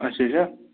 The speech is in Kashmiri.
اَچھا اَچھا